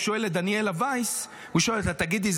הוא שואל את דניאלה וייס: תגידי,